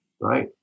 Right